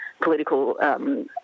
political